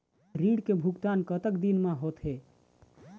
ऋण के भुगतान कतक दिन म होथे?